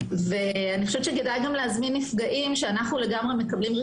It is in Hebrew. כדאי להזמין גם נפגעים שאנחנו מקבלים מהם